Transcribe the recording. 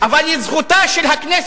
אלה הדואגים לאופיה ועתידה של הארץ